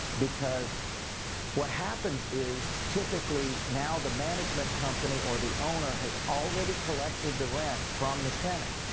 because what happens is typically now the management company or the owner has already collected the rent from the tenant.